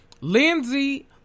Lindsay